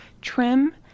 trim